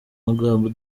magambo